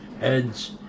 heads